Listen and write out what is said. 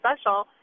special